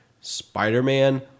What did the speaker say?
Spider-Man